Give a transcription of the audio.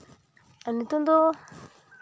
ᱱᱤᱛᱚᱝ ᱫᱚ